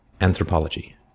Anthropology